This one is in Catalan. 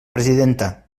presidenta